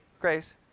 grace